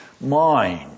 mind